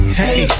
hey